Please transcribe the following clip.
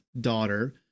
daughter